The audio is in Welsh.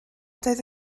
doedd